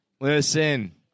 Listen